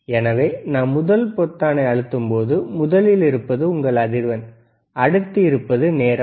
எனவே நாம் முதல் பொத்தானை அழுத்தும்போது முதலில் இருப்பது உங்கள் அதிர்வெண் அடுத்து இருப்பது நேரம்